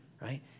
Right